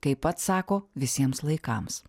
kaip pats sako visiems laikams